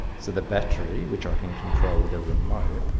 so the battery, which i can control with a remote,